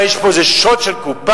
מה, יש פה איזה שוד של קופה,